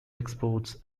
exports